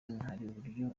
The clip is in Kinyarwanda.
uburyo